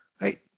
right